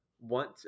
want